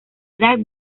edad